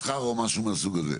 מסחר או משהו מהסוג הזה.